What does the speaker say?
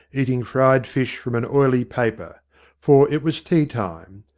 eating fried fish from an oily paper for it was tea-time.